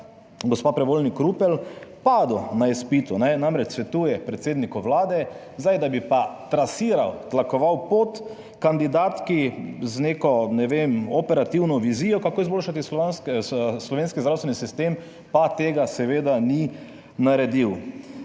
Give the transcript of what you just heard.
gospa Prevolnik Rupel, padel na izpitu. Namreč svetuje predsedniku Vlade, zdaj, da bi pa trasiral, tlakoval pot kandidatki z neko, ne vem, operativno vizijo, kako izboljšati slovenski zdravstveni sistem, pa tega seveda ni naredil.